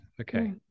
okay